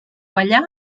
ballar